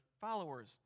followers